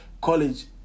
College